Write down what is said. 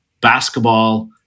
basketball